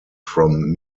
from